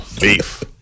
Beef